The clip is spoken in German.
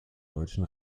deutschen